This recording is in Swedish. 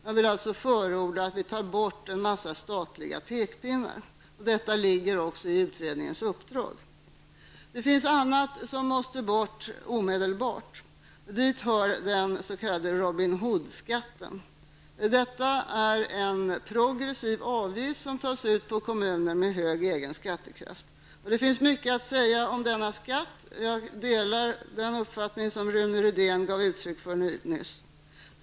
Jag vill alltså förorda att vi tar bort en mängd statliga pekpinnar. Detta ligger också i utredningens uppdrag. Det finns annat som måste bort omedelbart. Dit hör den s.k. Robin Hood-skatten. Detta är en progressiv avgift som tas ut på kommuner med hög egen skattekraft. Det finns mycket att säga om denna skatt. Jag delar den uppfattning som Rune Rydén gav uttryck för nyss.